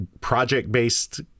project-based